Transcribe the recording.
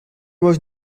was